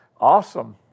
awesome